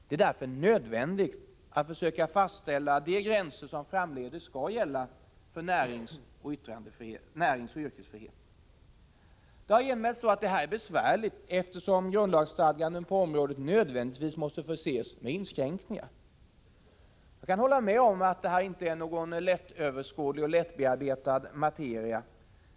Det är därför nödvändigt att försöka fastställa de gränser som framdeles skall gälla för näringsoch yrkesfriheten. Det har då genmälts att detta är besvärligt, eftersom grundlagsstadganden på området nödvändigtvis måste förses med inskränkningar. Jag kan hålla med om att det här inte är någon lättöverskådlig och lättbearbetad materia.